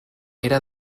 era